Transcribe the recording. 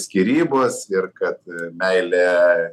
skyrybos ir kad meilė